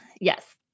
Yes